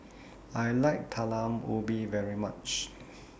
I like Talam Ubi very much